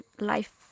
life